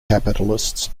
capitalists